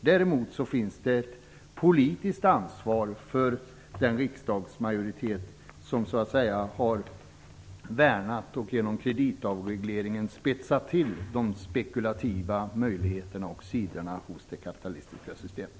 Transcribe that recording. Däremot ligger det ett politiskt ansvar på den riksdagsmajoritet som har värnat om och genom kreditavregleringen spetsat till de spekulativa sidorna hos det kapitalistiska systemet.